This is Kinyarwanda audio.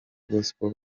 gospel